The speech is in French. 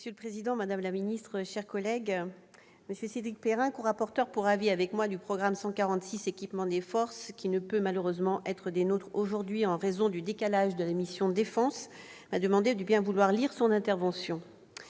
Monsieur le président, madame la ministre, mes chers collègues, M. Cédric Perrin, rapporteur pour avis, avec moi, du programme 146, « Équipement des forces », ne peut malheureusement être des nôtres aujourd'hui, en raison du décalage de l'examen de la mission « Défense ». Il m'a demandé de bien vouloir vous livrer son intervention.